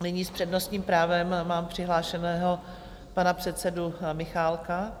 Nyní s přednostním právem mám přihlášeného pana předsedu Michálka.